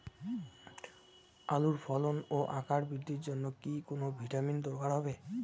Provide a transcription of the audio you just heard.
আলুর ফলন ও আকার বৃদ্ধির জন্য কি কোনো ভিটামিন দরকার হবে?